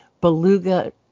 beluga